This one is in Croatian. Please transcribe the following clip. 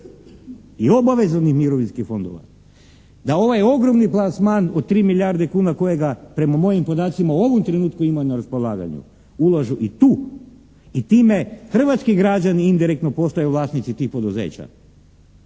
i obaveznih mirovinskih fondova, da ovaj ogromni plasman od 3 milijarde kuna kojega prema mojim podacima u ovom trenutku ima na raspolaganju, ulažu i tu i time hrvatski građani indirektno postaju vlasnici tih poduzeća,